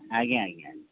ଆଜ୍ଞା ଆଜ୍ଞା